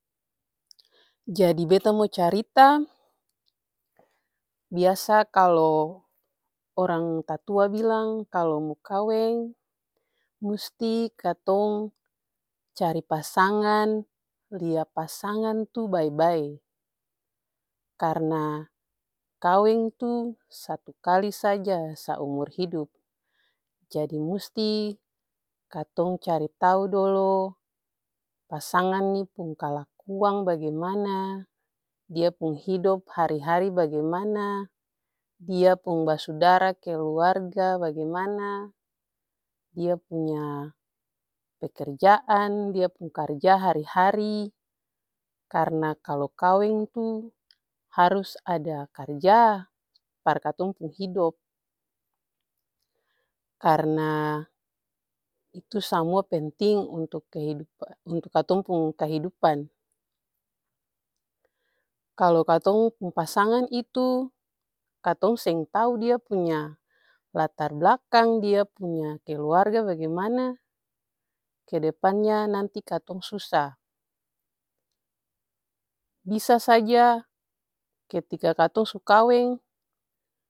Jadi beta mo carita biasa kalu orang tatua bilang kalu mo kaweng musti katong cari pasangan, lia pasangan tuh bae-bae. Karna kaweng tuh satu kali saja saumur hidup jadi musti katong cari tau dolo pasangan ini pung kalakuang ini bagimana, dia pung hidop hari-hari bagimana, dia pung basudara keluarga bagimana, dia punya pekerjaan, dia pung karja hari-hari. Karna kalu kaweng itu harus ada karja par katong pung hidop, karna itu samua penting untuk katong pung kehidupan. Kalu katong pung pasangan itu katong seng tau dia punya latar blakang, dia punya keluarga bagimana. Kedepannya nanti katong susa bisa saja ketika katong su kaweng.